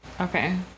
Okay